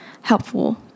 helpful